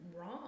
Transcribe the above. wrong